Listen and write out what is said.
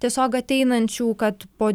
tiesiog ateinančių kad po